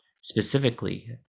specifically